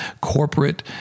corporate